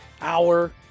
hour